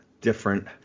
different